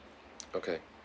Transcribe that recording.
okay